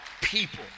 people